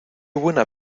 buena